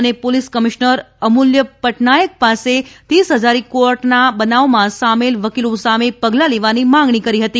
અને police commissioner Amulya Patnaik પાસે તીસ હજારી કોર્ટના બનાવમાં સામેલ વકીલો સામે પગલાં લેવાની માંગણી કરી હતી